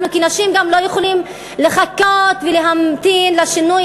אנחנו כנשים גם לא יכולות לחכות ולהמתין לשינוי